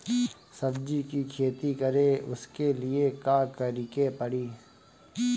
सब्जी की खेती करें उसके लिए का करिके पड़ी?